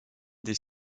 des